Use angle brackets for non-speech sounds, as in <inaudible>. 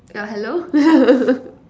yeah hello <laughs>